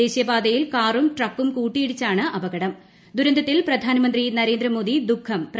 ദേശീയ പാതയിൽ കാറും ട്രക്കും കൂട്ടിയിടിച്ചാണ് ദുരന്തത്തിൽ പ്രധാനമന്ത്രി നരേന്ദ്രമോദി ദുഃഖം അപകടം